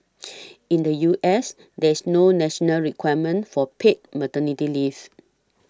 in the U S there's no national requirement for paid maternity leave